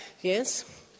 Yes